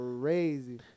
crazy